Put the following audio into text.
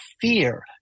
fear